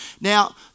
Now